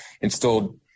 installed